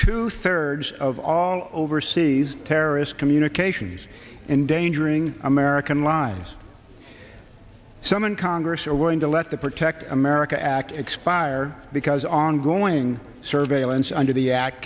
two thirds of all overseas terrorist communications endangering american lives some in congress are willing to let the protect america act expired because ongoing survey allowance under the act